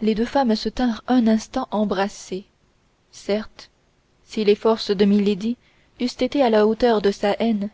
ces deux femmes se tinrent un instant embrassées certes si les forces de milady eussent été à la hauteur de sa haine